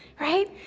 Right